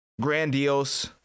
grandiose